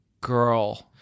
Girl